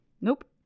Nope